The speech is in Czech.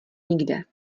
nikde